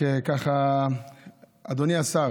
אדוני השר,